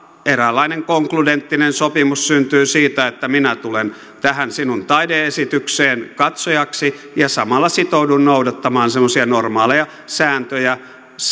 eräänlainen konkludenttinen sopimus syntyy siitä että minä tulen tähän sinun taide esitykseesi katsojaksi ja samalla sitoudun noudattamaan semmoisia normaaleja sääntöjä